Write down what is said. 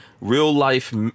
real-life